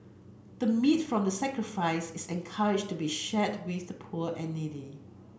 the meat from the sacrifice is encouraged to be shared with the poor and needy